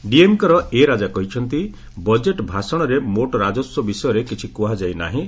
ଡିଏମ୍କେର A Raja କହିଛନ୍ତି budget ଭାଷଣରେ ମୋଟ୍ ରାଜସ୍ୱ ବିଷୟରେ କିଛି କୁହାଯାଇ ନାହିଁ